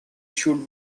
should